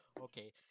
Okay